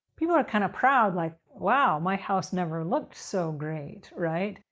people are kind of proud like, wow, my house never looked so great. right?